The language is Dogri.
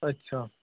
अच्छा